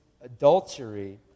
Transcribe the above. adultery